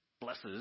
blesses